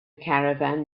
caravan